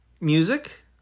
music